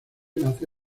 nace